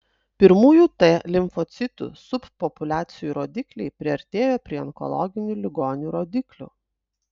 pirmųjų t limfocitų subpopuliacijų rodikliai priartėjo prie onkologinių ligonių rodiklių